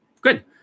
good